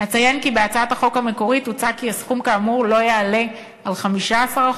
אציין כי בהצעת החוק המקורית הוצע כי הסכום כאמור לא יעלה על 15%,